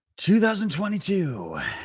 2022